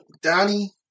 Donnie